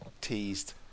teased